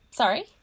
sorry